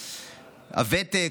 הוותק,